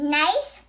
nice